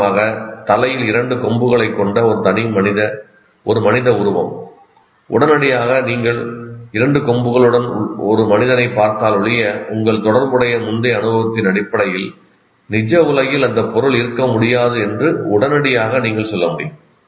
உதாரணமாக தலையில் இரண்டு கொம்புகளைக் கொண்ட ஒரு மனித உருவம் உடனடியாக நீங்கள் இரண்டு கொம்புகளுடன் ஒரு மனிதனைப் பார்த்தாலொழிய உங்கள் தொடர்புடைய முந்தைய அனுபவத்தின் அடிப்படையில் நிஜ உலகில் அந்த பொருள் இருக்க முடியாது என்று உடனடியாக நீங்கள் சொல்ல முடியும்